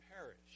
perish